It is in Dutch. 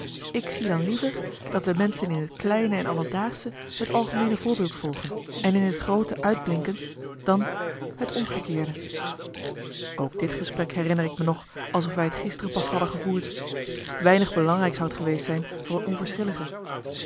ik zie dan liever dat de menschen in het kleine en alledaagsche het algemeene voorbeeld volgen en in het groote uitblinken dan het omgekeerde ook dit gesprek herinner ik me nog alsof wij marcellus emants een nagelaten bekentenis t gisteren pas hadden gevoerd weinig belangrijk zou t geweest zijn voor een